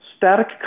static